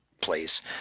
place